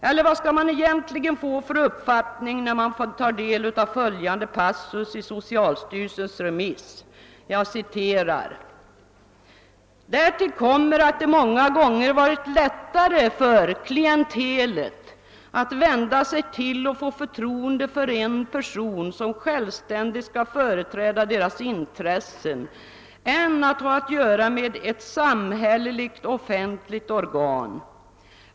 Eller vad skall man få för uppfattning när man tar del av följande passus i det åberopade remissyttrandet från 1967: »Därtill kommer, att det många gånger varit lättare för klientelet att vända sig till och få förtroende för en person som självständigt skall företräda deras intressen än att ha att göra med ett samhälleligt offentligt organ.